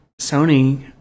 Sony